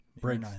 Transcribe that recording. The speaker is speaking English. break